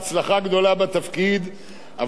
אבל אתה לנצח תישא על גבך